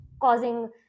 causing